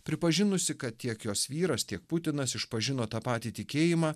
pripažinusi kad tiek jos vyras tiek putinas išpažino tą patį tikėjimą